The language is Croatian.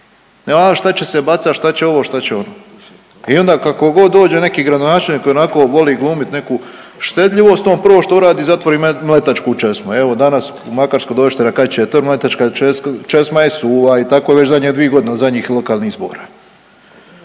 e a šta će se bacat, šta će ovo, šta će ono i onda kako god dođe neki gradonačelnik koji onako voli glumit neku štedljivost on prvo što uradi zatvori mletačku česmu. Evo danas u Makarsku dođite …/Govornik se ne razumije/…mletačka je česma je suva i tako je već zadnje 2.g. od zadnjih lokalnih izbora.